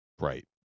Right